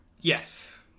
Yes